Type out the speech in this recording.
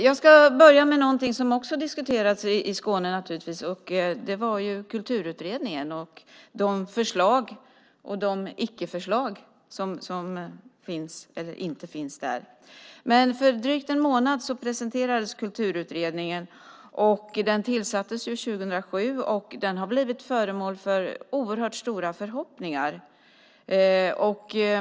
Jag ska börja med något som naturligtvis också diskuterades i Skåne, och det är Kulturutredningen och de förslag och de icke-förslag som finns eller inte finns där. För drygt en månad sedan presenterades Kulturutredningen. Den tillsattes 2007 och har blivit föremål för oerhört stora förhoppningar.